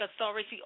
authority